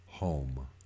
Home